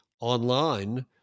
online